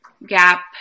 Gap